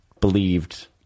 believed